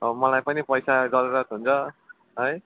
अब मलाई पनि पैसाको जरुरत हुन्छ है